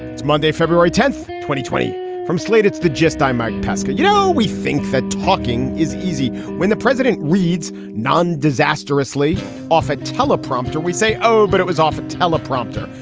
it's monday, february tenth, twenty twenty from slate's the gist i'm mike pesca. you know, we think that talking is easy when the president reads non disastrously off a teleprompter, we say, oh, but it was off a teleprompter,